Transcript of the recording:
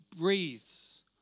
breathes